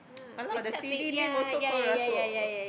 !walao! the C_D name also called Rusell